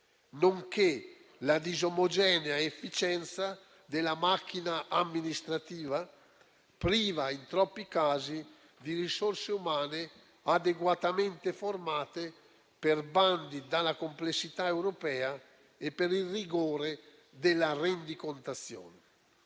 nonché la disomogenea efficienza della macchina amministrativa, priva in troppi casi di risorse umane adeguatamente formate per bandi dalla complessità europea e per il rigore della rendicontazione.